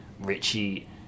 Richie